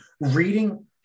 reading